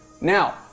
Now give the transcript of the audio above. Now